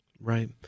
right